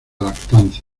lactancia